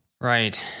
Right